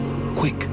Quick